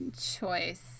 choice